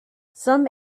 some